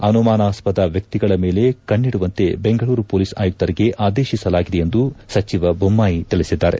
ಅನುಮಾನಸ್ವದ ವ್ಯಕ್ತಿಗಳ ಮೇಲೆ ಕಣ್ಣಿಡುವಂತೆ ಬೆಂಗಳೂರು ಮೊಲೀಸ್ ಆಯುಕ್ತರಿಗೆ ಆದೇಶಿಸಲಾಗಿದೆ ಎಂದು ಸಚಿವ ಬೊಮ್ಮಾಯಿ ತಿಳಿಸಿದ್ದಾರೆ